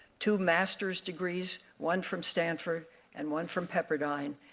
two master degrees, one from stamford and one from pepperdine,